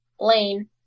lane